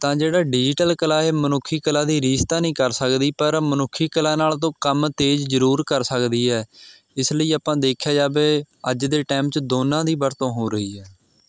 ਤਾਂ ਜਿਹੜਾ ਡਿਜੀਟਲ ਕਲਾ ਇਹ ਮਨੁੱਖੀ ਕਲਾ ਦੀ ਰੀਸ ਤਾਂ ਨਹੀਂ ਕਰ ਸਕਦੀ ਪਰ ਮਨੁੱਖੀ ਕਲਾ ਨਾਲ ਤੋਂ ਕੰਮ ਤੇਜ਼ ਜ਼ਰੂਰ ਕਰ ਸਕਦੀ ਹੈ ਇਸ ਲਈ ਆਪਾਂ ਦੇਖਿਆ ਜਾਵੇ ਅੱਜ ਦੇ ਟਾਈਮ 'ਚ ਦੋਨਾਂ ਦੀ ਵਰਤੋਂ ਹੋ ਰਹੀ ਹੈ